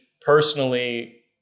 personally